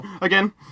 again